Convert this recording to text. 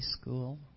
school